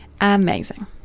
amazing